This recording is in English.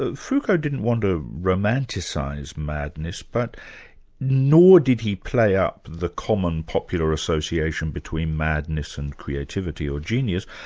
ah foucault didn't want to romanticise madness, but nor did he play up the common popular association between madness and creativity or genius,